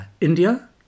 India